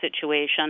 situation